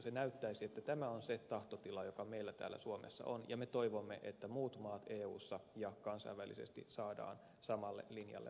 se näyttäisi että tämä on se tahtotila joka meillä täällä suomessa on ja me toivomme että muut maat eussa ja kansainvälisesti saadaan samalle linjalle mukaan